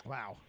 Wow